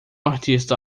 artista